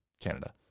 canada